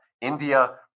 India